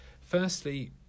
Firstly